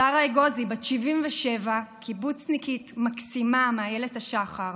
שרה אגוזי, בת 77, קיבוצניקית מקסימה מאיילת השחר,